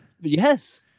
yes